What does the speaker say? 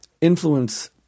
influence